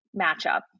matchup